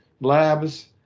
labs